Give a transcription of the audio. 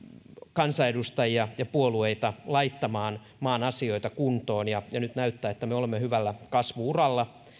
kansanedustajia ja puolueita laittamaan maan asioita kuntoon nyt näyttää että me olemme hyvällä kasvu uralla